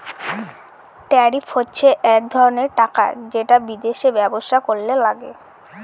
tariff হচ্ছে এক ধরনের টাকা যেটা বিদেশে ব্যবসা করলে লাগে